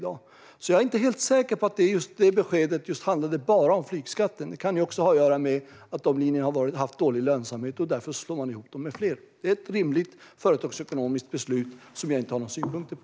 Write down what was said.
Jag är därför inte säker på att flyttbeskedet handlade om flygskatten, utan det kan ha att göra med att dessa linjer har dålig lönsamhet och att man därför slår ihop dem med fler. Det är ett rimligt företagsekonomiskt beslut som jag inte har några synpunkter på.